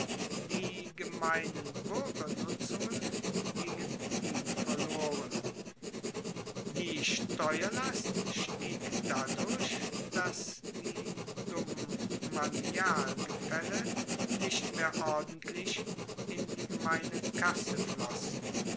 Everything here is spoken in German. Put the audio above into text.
die gemeinen buergernutzungen gingen ihm verloren die steuerlast stieg dadurch dass die domanialgefaelle nicht mehr ordentlich in die gemeine kasse flossen